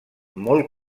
molt